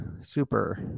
super